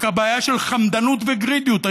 רק הבעיה היא של חמדנות וגרידיות.